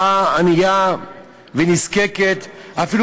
משפחה ענייה ונזקקת, אפילו